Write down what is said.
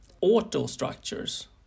auto-structures